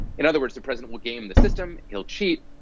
in other words, the president will game the system. he'll cheat.